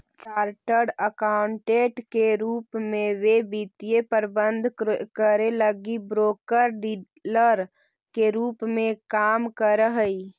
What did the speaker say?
chartered accountant के रूप में वे वित्तीय प्रबंधन करे लगी ब्रोकर डीलर के रूप में काम करऽ हई